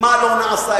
מה לא נעשה,